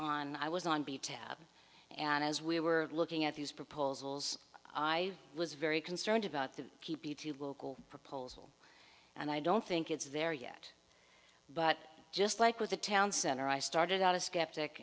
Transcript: on i was on b tab and as we were looking at these proposals i was very concerned about the p p t local proposal and i don't think it's there yet but just like with the town center i started out a skeptic